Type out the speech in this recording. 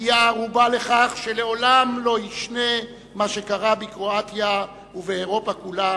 היא הערובה לכך שלעולם לא יישנה מה שקרה בקרואטיה ובאירופה כולה